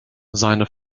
seine